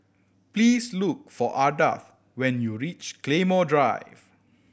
please look for Ardath when you reach Claymore Drive